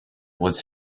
was